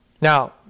Now